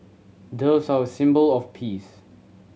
doves are a symbol of peace